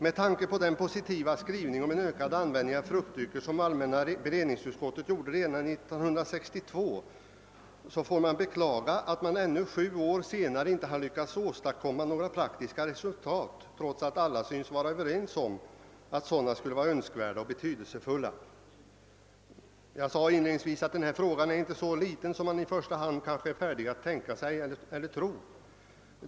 Med tanke på den positiva skrivning om en ökad användning av fruktdrycker som allmänna beredningsutskottet gjorde re dan 1962 måste man beklaga att några praktiska resultat ännu, sju år senare, inte åstadkommits, trots att alla synes vara överens om att sådana skulle vara önskvärda och betydelsefulla. Jag sade inledningsvis att denna fråga inte är så liten som man kanske kan vara benägen att tro.